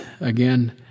again